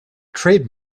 trade